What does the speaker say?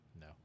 No